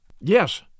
Yes